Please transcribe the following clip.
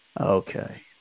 Okay